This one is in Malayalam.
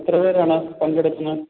എത്ര പേരാണ് പങ്കെടുക്കുന്നേ